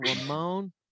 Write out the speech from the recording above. Ramon